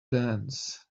dance